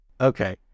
Okay